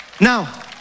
Now